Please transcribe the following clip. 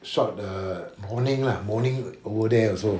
shock the morning lah morning over there also